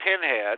pinhead